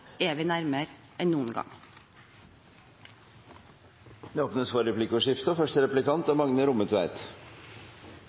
er vi nærmere enn noen gang. Det blir replikkordskifte.